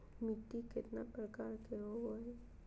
मिट्टी केतना प्रकार के होबो हाय?